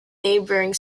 neighboring